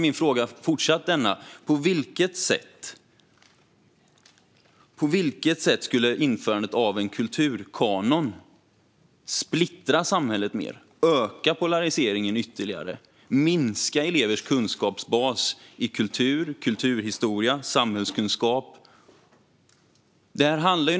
Min fråga är fortfarande denna: På vilket sätt skulle införandet av en kulturkanon splittra samhället mer, öka polariseringen ytterligare eller minska elevers kunskapsbas i kultur, kulturhistoria och samhällskunskap?